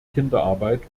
kinderarbeit